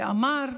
ואמר: